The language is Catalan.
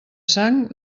sang